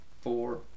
Four